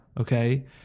okay